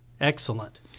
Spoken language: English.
Excellent